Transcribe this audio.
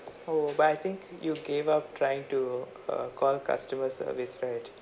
oh but I think you gave up trying to uh call customer service right